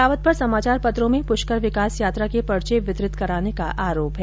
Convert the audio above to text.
रावत पर समाचार पत्रों में प्रष्कर विकास यात्रा के पर्चे वितरित कराने का आरोप है